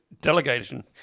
delegation